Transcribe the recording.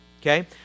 Okay